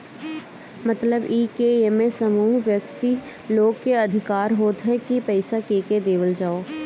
मतलब इ की एमे समूह के व्यक्ति लोग के अधिकार होत ह की पईसा केके देवल जाओ